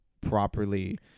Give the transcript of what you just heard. properly